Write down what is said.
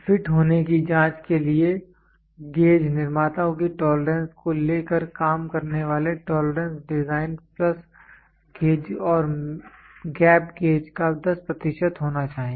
fit होने की जाँच के लिए गेज निर्माताओं की टोलरेंस को ले कर काम करने वाले टोलरेंस डिज़ाइन प्लस गेज और गैप गेज का 10 प्रतिशत होना चाहिए